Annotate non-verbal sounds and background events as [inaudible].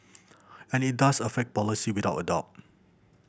[noise] and it does affect policy without a doubt [noise]